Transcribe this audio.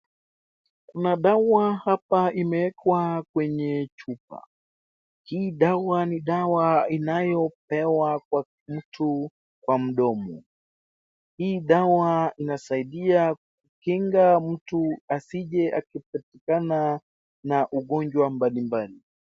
Kuna dawa hapa imeekwa kwenye chupa, hii dawa ni dawa inayopewa kwa mtu kwa mdomo. Hii dawa inasaidia kukinga mtu asije akapatikane na ugonjwa mbali mbali.